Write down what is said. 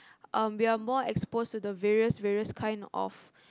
um we are more exposed to the various various kind of